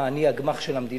מה, אני אהיה הגמ"ח של המדינה?